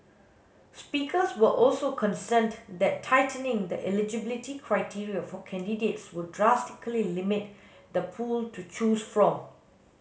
speakers were also concerned that tightening the eligibility criteria for candidates would drastically limit the pool to choose from